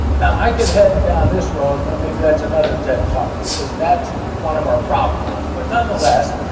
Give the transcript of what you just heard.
now, i could head down this road maybe that's another ted talk because that's one of our problems. but nonetheless,